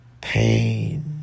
pain